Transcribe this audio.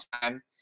time